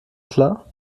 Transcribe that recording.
klar